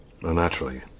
Naturally